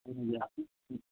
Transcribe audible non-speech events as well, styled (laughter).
(unintelligible)